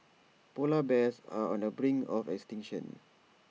Polar Bears are on the brink of extinction